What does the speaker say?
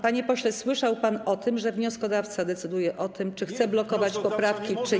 Panie pośle, słyszał pan, że wnioskodawca decyduje o tym, czy chce zblokować poprawki, czy nie.